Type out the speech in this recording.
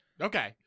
Okay